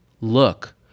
look